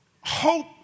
Hope